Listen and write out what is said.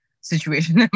situation